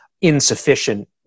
insufficient